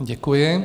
Děkuji.